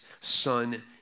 son